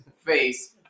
face